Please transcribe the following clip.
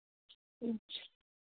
अच्छा